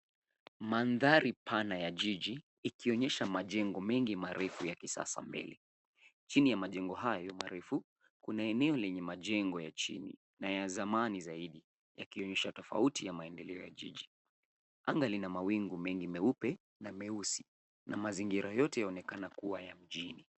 Mandhari pana ya jiji, ikionyesha majengo mengi marefu ya kisasa mbele. Chini ya majengo hayo marefu, kuna eneo lenye majengo ya chini na ya zamani zaidi, yakionyesha tofauti ya maendeleo ya jiji. Anga lina mawingu mengi meupe na meusi, na mazingira yote yanaonekana kuwa ya mjini.